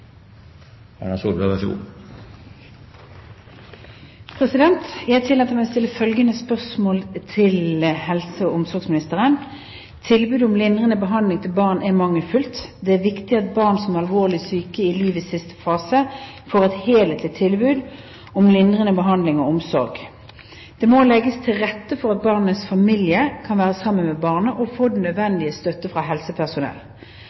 om lindrende behandling til barn er mangelfullt. Det er viktig at barn som er alvorlig syke i livets siste fase, får et helhetlig tilbud om lindrende behandling og omsorg. Det må legges til rette for at barnets familie kan være sammen med barnet og få nødvendig støtte fra helsepersonell.